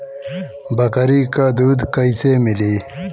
बकरी क दूध कईसे मिली?